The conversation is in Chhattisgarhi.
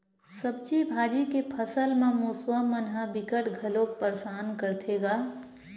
सब्जी भाजी के फसल म मूसवा मन ह बिकट घलोक परसान करथे गा